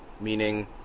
meaning